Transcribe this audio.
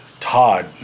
Todd